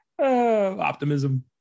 Optimism